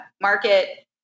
market